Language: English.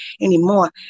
anymore